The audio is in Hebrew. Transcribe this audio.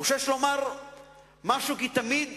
חושש לומר משהו, כי תמיד